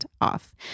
off